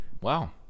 Wow